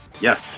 yes